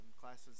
classes